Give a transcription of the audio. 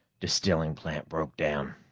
distilling plant broke down.